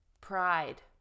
pride